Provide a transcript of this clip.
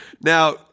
Now